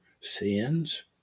sins